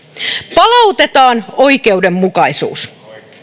palautetaan oikeudenmukaisuus